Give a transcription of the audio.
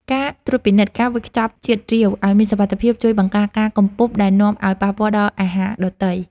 ការត្រួតពិនិត្យការវេចខ្ចប់ជាតិរាវឱ្យមានសុវត្ថិភាពជួយបង្ការការកំពប់ដែលនាំឱ្យប៉ះពាល់ដល់អាហារដទៃ។